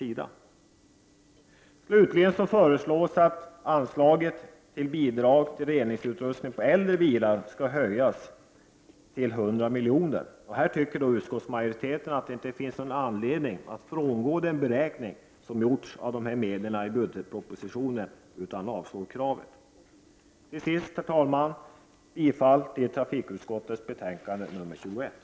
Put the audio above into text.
Slutligen föreslås att anslaget till bidrag till reningsutrustning på äldre bilar skall höjas till 100 milj.kr. Utskottsmajoriteten tycker att det inte finns anledning att frångå den beräkningen som gjorts i budgetpropositionen, utan avstyrker kravet. Jag yrkar bifall till trafikutskottets betänkande nr 21.